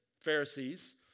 Pharisees